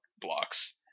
blocks